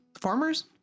farmers